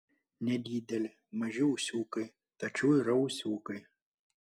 nedideli maži ūsiukai tačiau yra ūsiukai